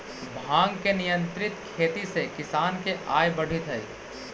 भाँग के नियंत्रित खेती से किसान के आय बढ़ित हइ